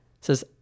Says